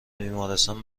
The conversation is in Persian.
بیمارستان